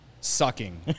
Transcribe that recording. sucking